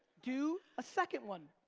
do a second one.